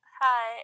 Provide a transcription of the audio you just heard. Hi